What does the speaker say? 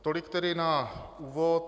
Tolik tedy na úvod.